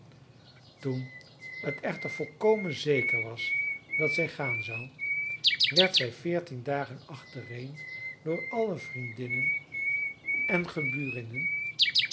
toen het echter volkomen zeker was dat zij gaan zou werd zij veertien dagen achtereen door alle vriendinnen en